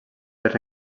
per